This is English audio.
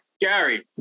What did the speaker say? Gary